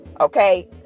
Okay